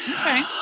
Okay